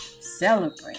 celebrate